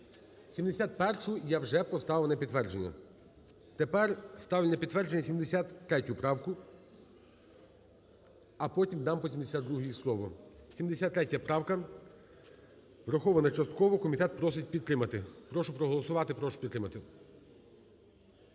71-у я вже поставив на підтвердження. Тепер ставлю на підтвердження 73 правку, а потім дам по 72-ій слово. 73 правка врахована частково. Комітет просить підтримати. Прошу проголосувати, прошу підтримати.